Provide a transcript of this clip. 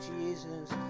Jesus